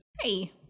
hey